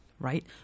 Right